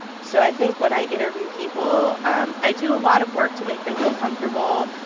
so i think when i interview people, um i do a lot of work to make them feel comfortable,